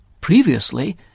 Previously